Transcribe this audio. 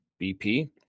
BP